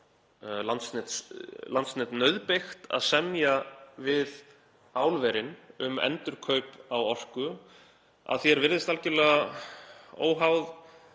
Landsnet nauðbeygt til að semja við álverin um endurkaup á orku, að því er virðist algerlega óháð